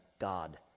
God